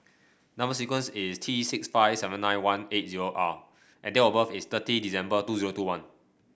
number sequence is T six five seven nine one eight zero R and date of birth is thirty December two zero two one